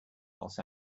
los